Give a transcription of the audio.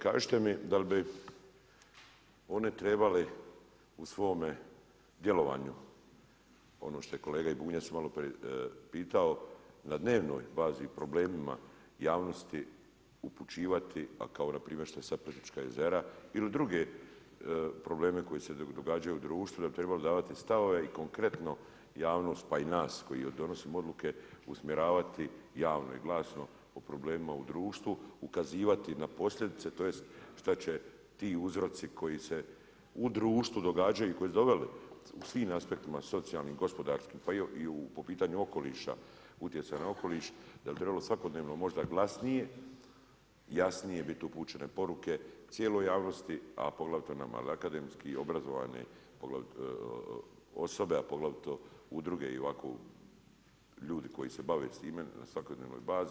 Kažete mi, dal bi one trebale u svome djelovanju, ono što je i kolega Bunjac maloprije pitao, na dnevnoj bazi problemima javnosti upućivati, a kao npr. što su sad Plitvička jezera ili druge probleme koje se događaju u društvu, da trebali davati stavove i konkretno javnost, pa i nas, koji donosimo odluke, usmjeravati javno i glasno o problemima u društvu, ukazivati na posljedice, tj. šta će ti uzroci koji se u društvu događaju i koji su doveli u svim aspektima u socijalnim, gospodarskim, pa i u pitanju okoliša utjecaj na okoliš, da bi trebali svakodnevno trebali možda glasnije, jasnije biti upućene poruke cijeloj javnosti, a poglavito nama akademski i obrazovane osobe, a poglavito udruge i ovako ljudi koji se bave s time na svakodnevnoj bazi.